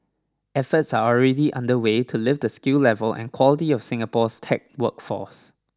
efforts are already underway to lift the skill level and quality of Singapore's tech workforce